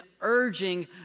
urging